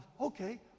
okay